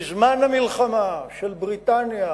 בזמן המלחמה של בריטניה